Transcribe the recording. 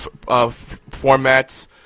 formats